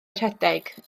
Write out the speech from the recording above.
rhedeg